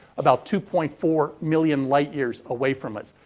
about two point four million lightyears away from us.